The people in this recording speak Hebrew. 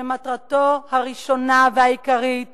שמטרתו הראשונה והעיקרית